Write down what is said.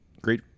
Great